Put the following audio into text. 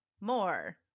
More